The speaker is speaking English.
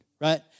right